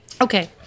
Okay